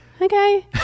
okay